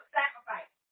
sacrifice